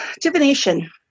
Divination